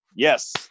Yes